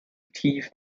tief